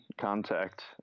contact